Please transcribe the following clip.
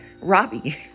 Robbie